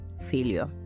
failure